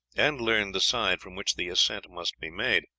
and learned the side from which the ascent must be made.